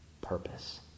Purpose